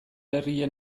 herrian